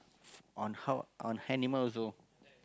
on how on animals also